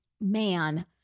man